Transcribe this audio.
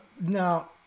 Now